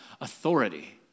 authority